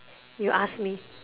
you ask me